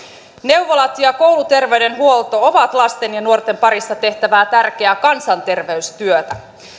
neuvolat ja kouluterveydenhuolto ovat lasten ja nuorten parissa tehtävää tärkeää kansanterveystyötä